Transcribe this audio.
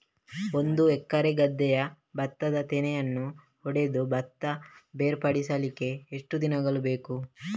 ಒಂದು ಎಕರೆ ಗದ್ದೆಯ ಭತ್ತದ ತೆನೆಗಳನ್ನು ಹೊಡೆದು ಭತ್ತ ಬೇರ್ಪಡಿಸಲಿಕ್ಕೆ ಎಷ್ಟು ದಿನಗಳು ಬೇಕು?